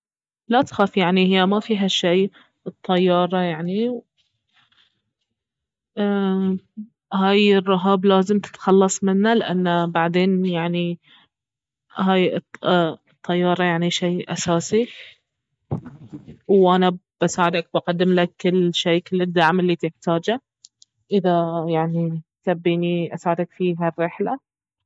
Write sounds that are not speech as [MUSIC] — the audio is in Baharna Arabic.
لا تخاف يعني اهي ما فيها شي الطيارة يعني و [HESITATION] هاي الرهاب لازم تتخلص منه لانه بعدين يعني هاي ال- الطيارة يعني شي اساسي وانا بساعدك بقدم لك كل شي كل الدعم الي تحتاجه اذا يعني تبيني اساعدك في هالرحلة